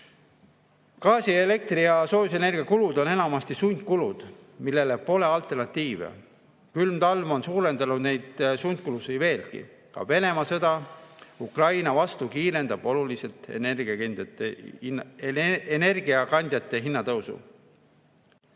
Gaasi, elektri ja soojusenergia kulud on enamasti sundkulud, millele pole alternatiive. Külm talv on suurendanud neid sundkulusid veelgi. Ka Venemaa sõda Ukraina vastu kiirendab oluliselt energiakandjate hinna tõusu.